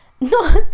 No